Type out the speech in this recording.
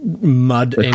mud